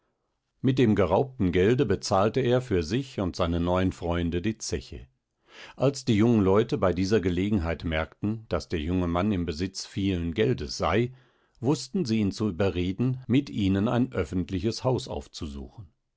mit dem geraubten gelde bezahlte er für sich und seine neuen freunde die zeche als die jungen leute bei dieser gelegenheit merkten daß der junge mann im besitz vielen geldes sei wußten sie ihn zu überreden mit ihnen ein öffentliches haus aufzusuchen